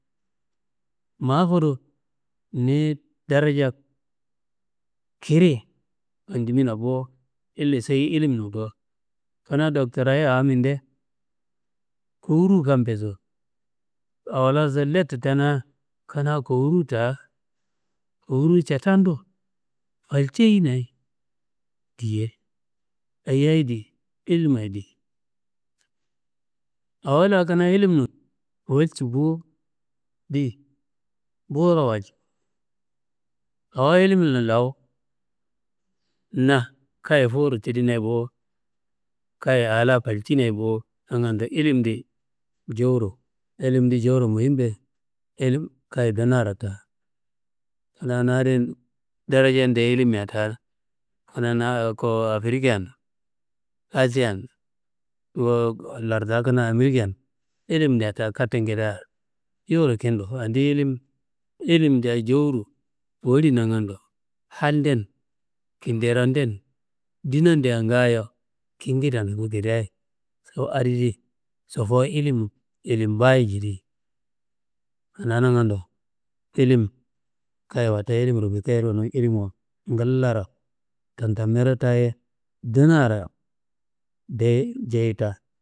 Ma fudu niyi daraja kiri fandimina bo, ille seyi ilimin ko, kanaa doktorayi awo mindea kowuruwu kammbeso awolaso letu tenea, kanaa kowuru catandu falceinaye diye, ayiyayi di ilimayi di. Awo la kanaa ilimun walci bo boro walcino, awo ilimin lawu na kayi fuwuro tinina bo, kayi aa la falcinaye bo nangando ilim di jewuro ilim di jewuro muhimbe, ilm kayi ndunaro ta. Kanaa na adin darajade ilimmbea da, na ako afrikian, asian, lartua kanaa amerikian, ilimdea da kattedea jewuro kintu, yendi ilimdea yoli nangando, halden kinderoden, ndinadea ngaayo kengeden toku ngedeayi so adi di sobowo ilim ba jidi anaa nangando, ilim, kayi watta ilimro bikeirunu, ilimuwa nglaro tantammero taye, ndunaro jeyi ta.